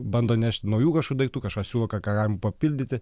bando nešti naujų kažkokių daiktų kažkas siūlo ką galime papildyti